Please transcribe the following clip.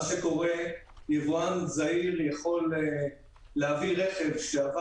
מה שקורה זה שיבואן זעיר יכול להביא רכב לישראל שעבר